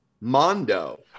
Mondo